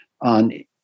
on